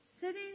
sitting